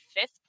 fifth